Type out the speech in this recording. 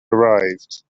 arrived